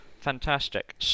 Fantastic